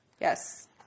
Yes